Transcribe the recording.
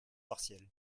partiel